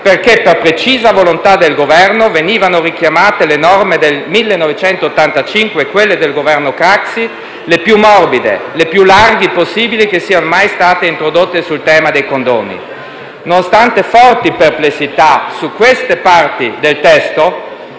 perché, per precisa volontà del Governo, sono state richiamate le norme del 1985, quelle del Governo Craxi, le più morbide e le più larghe possibili che siano mai state introdotte sul tema dei condoni. Nonostante forti perplessità su queste parti del testo,